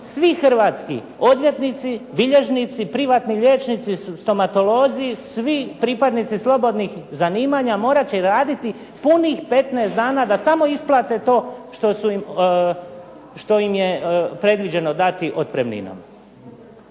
svi hrvatski odvjetnici, bilježnici, odvjetnici, privatni liječnici, stomatolozi, svi pripadnici slobodnih zanimanja morat će raditi punih 15 dana da samo isplate to što im je predviđeno dati otpremninom.